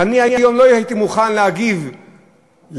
ואני לא הייתי מוכן היום להגיב לאיזה